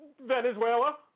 Venezuela